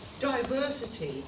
diversity